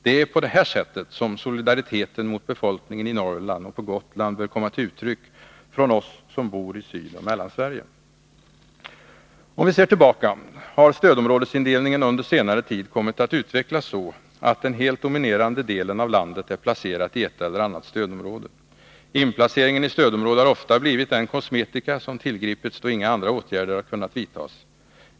Det är på detta sätt som solidariteten med befolkningen i Norrland och på Gotland bör komma till uttryck från oss som bor i Sydoch Mellansverige. Om vi ser tillbaka, finner vi att stödområdesindelningen under senare tid har kommit att utvecklas så att den helt dominerande delen av landet är placerad i ett eller annat stödområde. Inplaceringen i stödområde har ofta blivit den kosmetika som tillgripits då inga andra åtgärder har kunnat vidtas.